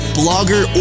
blogger